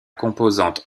composante